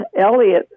Elliot